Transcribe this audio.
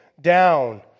down